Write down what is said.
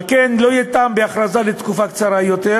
על כן לא יהיה טעם בהכרזה לתקופה קצרה יותר,